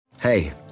Hey